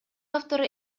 автору